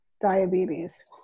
diabetes